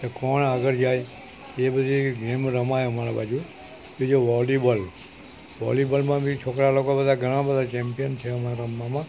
કે કોણ આગળ જાય એ બધી ગેમ રમાય અમારા બાજુ બીજો વોલીબોલ વોલીબોલમાં બી છોકરા લોકો બધા ઘણા બધા ચેમ્પિયન છે અમારે રમવામાં